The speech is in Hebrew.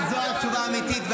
אבל זו התשובה האמיתית,